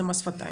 זה מס שפתיים,